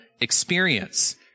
experience